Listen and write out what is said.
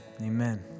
amen